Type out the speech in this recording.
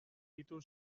ditu